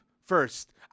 first